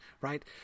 Right